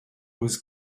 was